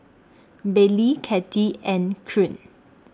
Baylie Kattie and Knute